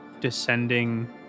descending